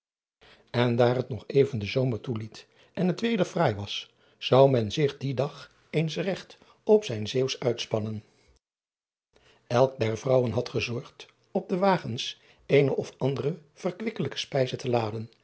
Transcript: en daar het nog even de zomer toeliet en het weder fraai was zou men zich dien dag eens regt op zijn eeuwsch uitspannen lk der vrouwen had gezorgd op de wagens eene of andere verkwikkelijke spijze te laden